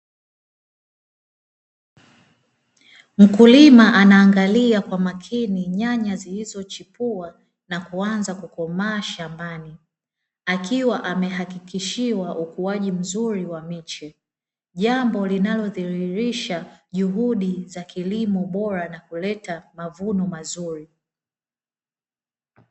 Mkulima anaangalia kwa makini nyanya zilizochipua na kuanza kukomaa shambani. Akiwa amehakikishiwa ukuaji mzuri wa miche, jambo linalodhihirisha juhudi za kilimo bora na kuleta mavuno mazuri.